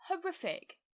horrific